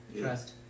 Trust